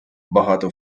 багато